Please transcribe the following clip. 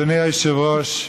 אדוני היושב-ראש,